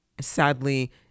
Sadly